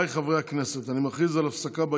אני עובר לנושא הבא, תודה רבה.